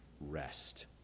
rest